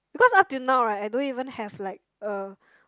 because up till now right I don't even have like a